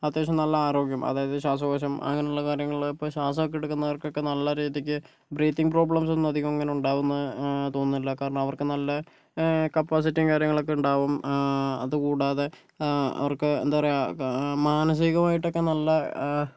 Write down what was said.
അത്യാവശ്യം നല്ല ആരോഗ്യം അതായത് ശ്വാസകോശം അങ്ങനെയുള്ള കാര്യങ്ങള് ഇപ്പോൾ ശ്വസമൊക്കെ എടുക്കുന്നവർക്കൊക്കെ നല്ല രീതിക്ക് ബ്രീത്തിങ്ങ് പ്രോബ്ളംസൊന്നും അധികം അങ്ങനെ ഉണ്ടാകുമെന്നു തോന്നുന്നില്ല കാരണം അവർക്ക് നല്ല കപ്പാസിറ്റിയും കാര്യങ്ങളൊക്കെ ഉണ്ടാകും അത് കൂടാതെ അവർക്ക് എന്താ പറയുക മനസികമായിട്ടൊക്കെ നല്ല